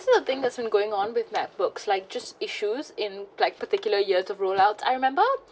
so the thing that's been going on with macbooks like just issues in black particular year to rule out I remember